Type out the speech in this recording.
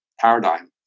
paradigm